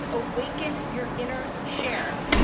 awaken your inner cher.